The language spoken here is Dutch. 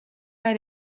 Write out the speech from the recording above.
bij